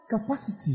capacity